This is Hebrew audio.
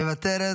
מוותרת,